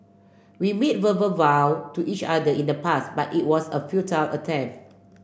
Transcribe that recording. we made verbal vow to each other in the past but it was a futile attempt